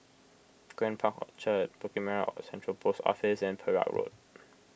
Grand Park Orchard Bukit Merah Central Post Office and Perak Road